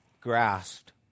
grasped